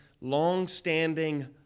long-standing